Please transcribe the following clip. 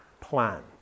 plan